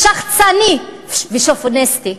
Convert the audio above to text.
שחצני ושוביניסטי.